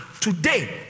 Today